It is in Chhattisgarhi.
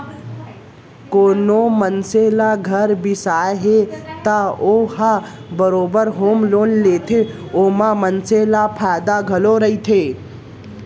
कोनो मनसे ल घर बिसाना हे त ओ ह बरोबर होम लोन लेथे ओमा मनसे ल फायदा घलौ रहिथे